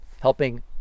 helping